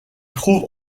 trouve